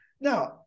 Now